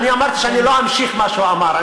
בסדר, אני אמרתי שאני לא אמשיך מה שהוא אמר.